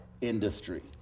industry